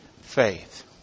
faith